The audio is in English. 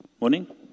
Morning